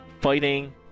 Fighting